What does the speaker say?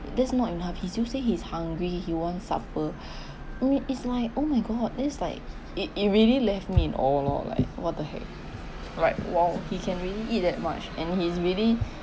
that's not enough he still say he's hungry he wants supper me is like oh my god this like it it really left me in owe lor like what the heck right !wow! he can really eat that much and he's really